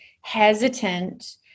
hesitant